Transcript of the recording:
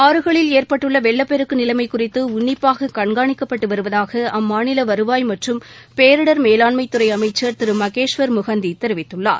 ஆறுகளில் ஏற்பட்டுள்ள வெள்ளப்பெருக்கு நிலைமை குறித்து உன்னிப்பாக கண்காணிக்கப்பட்டு வருவதாக அம்மாநில வருவாய் மற்றும் பேரிடர் மேலாண்மை துறை அமைச்சர் திரு மகேஸ்வர் முகந்தி தெரிவித்துள்ளார்